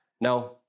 Now